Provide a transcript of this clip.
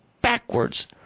backwards